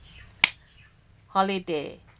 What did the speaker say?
holiday